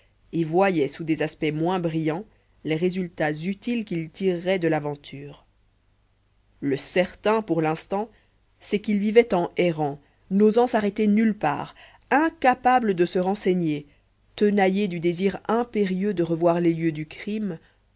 et voyait sous des aspects moins brillants les résultats utiles qu'il tirerait de l'aventure le certain pour l'instant c'est qu'il vivait en errant n'osant s'arrêter nulle part incapable de se renseigner tenaillé du désir impérieux de revoir les lieux du crime